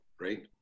right